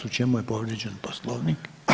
U čemu je povrijeđen Poslovnik?